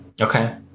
Okay